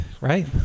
right